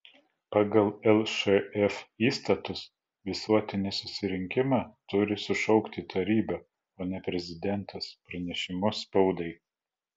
pagal lšf įstatus visuotinį susirinkimą turi sušaukti taryba o ne prezidentas pranešimu spaudai